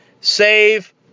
Save